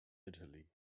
italy